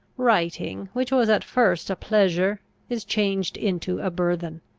writing, which was at first a pleasure, is changed into a burthen.